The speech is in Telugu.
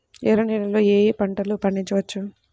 ఎర్ర నేలలలో ఏయే పంటలు పండించవచ్చు?